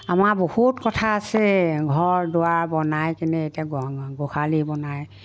আমাৰ বহুত কথা আছে ঘৰ দুৱাৰ বনাই কিনে এতিয়া গ গোহালি বনাই